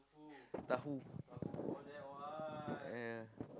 tau-hu yeah